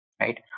Right